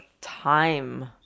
time